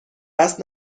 قصد